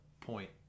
point